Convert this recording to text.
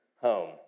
home